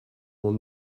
mon